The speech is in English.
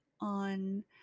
on